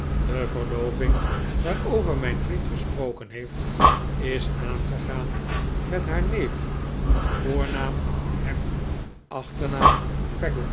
de verloving waarover mijn vriend gesproken heeft is aangegaan met haar neef voornaam ham achternaam